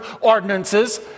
ordinances